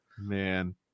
man